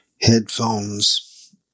headphones